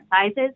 sizes